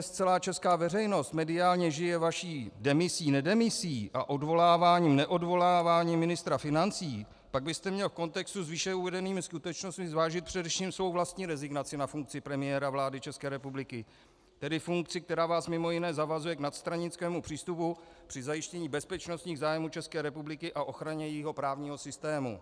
Pokud dnes celá česká veřejnost mediálně žije vaší demisí nedemisí a odvoláváním neodvoláváním ministra financí, pak byste měl v kontextu s výše uvedenými skutečnostmi zvážit především svou vlastní rezignaci na funkci premiéra vlády České republiky, tedy funkci, která vás mimo jiné zavazuje k nadstranickému přístupu při zajištění bezpečnostních zájmů České republiky a ochraně jejího právního systému.